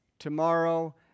tomorrow